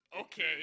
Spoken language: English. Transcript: Okay